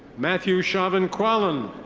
matthew shavin quallen.